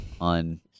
on